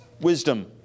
wisdom